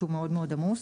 שהוא מאוד עמוס,